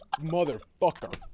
motherfucker